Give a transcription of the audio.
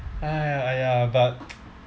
!aiya! !aiya! but